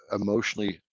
emotionally